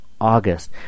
August